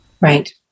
Right